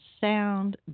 sound